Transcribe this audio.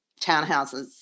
townhouses